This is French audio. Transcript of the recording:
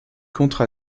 contre